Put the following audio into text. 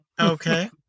Okay